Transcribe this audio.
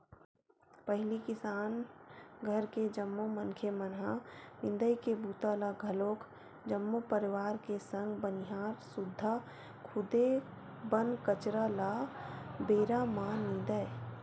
पहिली किसान घर के जम्मो मनखे मन ह निंदई के बूता ल घलोक जम्मो परवार के संग बनिहार सुद्धा खुदे बन कचरा ल बेरा म निंदय